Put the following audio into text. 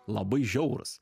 labai žiaurūs